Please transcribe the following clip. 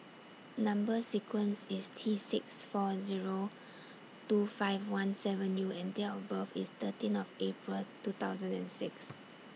Number sequence IS T six four Zero two five one seven U and Date of birth IS thirteen of April two thousand and six